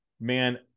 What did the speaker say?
man